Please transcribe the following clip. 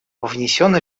внесен